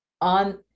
On